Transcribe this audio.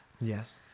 yes